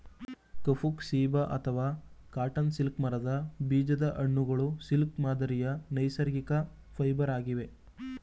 ಕಫುಕ್ ceiba ಅಥವಾ cotton silk ಮರದ ಬೀಜದ ಹಣ್ಣುಗಳು ಸಿಲ್ಕ್ ಮಾದರಿಯ ನೈಸರ್ಗಿಕ ಫೈಬರ್ ಆಗಿದೆ